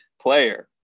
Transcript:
player